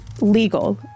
legal